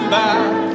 back